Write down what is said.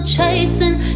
Chasing